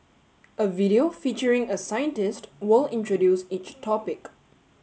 a video featuring a scientist will introduce each topic